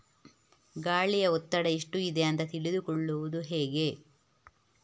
ಗಾಳಿಯ ಒತ್ತಡ ಎಷ್ಟು ಇದೆ ಅಂತ ತಿಳಿದುಕೊಳ್ಳುವುದು ಹೇಗೆ?